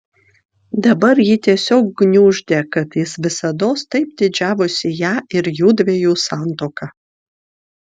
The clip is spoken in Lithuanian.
dabar jį tiesiog gniuždė kad jis visados taip didžiavosi ja ir jųdviejų santuoka